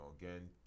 again